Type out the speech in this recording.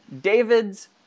David's